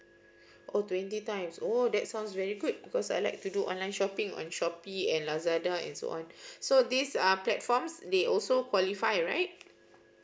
oh twenty times oh that sounds very good because I like to do online shopping on Shopee and Lazada and so on so these are platforms they also qualify right